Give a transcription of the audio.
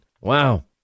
wow